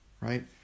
right